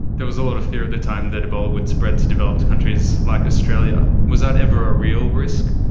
there was a lot of fear at the time that ebola would spread to developed countries like australia. was that ever a real risk?